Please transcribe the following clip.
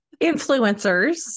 Influencers